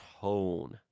tone